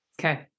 Okay